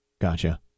Gotcha